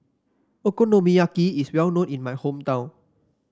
okonomiyaki is well known in my hometown